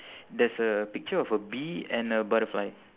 there's a picture of a bee and a butterfly